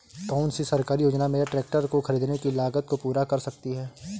कौन सी सरकारी योजना मेरे ट्रैक्टर को ख़रीदने की लागत को पूरा कर सकती है?